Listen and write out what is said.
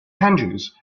andrews